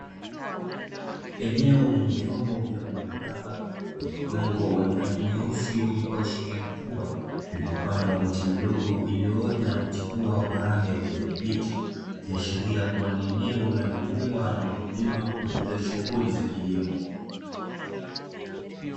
Eneo lenye vyombo vya umbo mraba vyenye udongo wenye rangi nyeusi wenye kuashiria rutuba, vilivyopandwa miche midogo iliyoota na kuchipua kwa rangi ya kiajani kibichi ikiashiria kuwa ni eneo linalotumiwa na wakulima kwa ajili ya shughuli za kilimo.